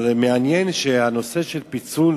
אבל מעניין שהנושא של פיצול